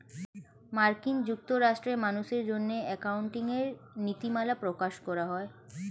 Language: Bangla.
মার্কিন যুক্তরাষ্ট্রে মানুষের জন্য অ্যাকাউন্টিং এর নীতিমালা প্রকাশ করা হয়